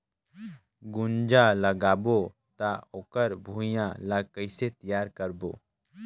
गुनजा लगाबो ता ओकर भुईं ला कइसे तियार करबो?